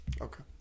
Okay